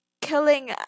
killing